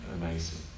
amazing